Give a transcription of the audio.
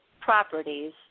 properties